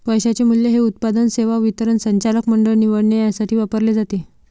पैशाचे मूल्य हे उत्पादन, सेवा वितरण, संचालक मंडळ निवडणे यासाठी वापरले जाते